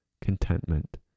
contentment